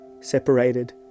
Separated